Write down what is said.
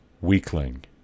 weakling